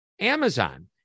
Amazon